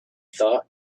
thought